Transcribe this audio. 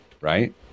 Right